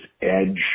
edge